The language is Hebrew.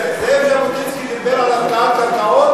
זאב ז'בוטינסקי דיבר על הפקעת קרקעות?